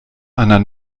einer